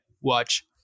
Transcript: watch